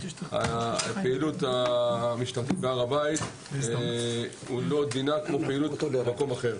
הפעילות המשטרתית בהר הבית דינה לא כמו פעילות במקום אחר.